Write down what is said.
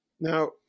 Now